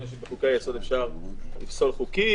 שבחוקי היסוד אפשר לפסול חוקים,